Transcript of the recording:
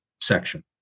section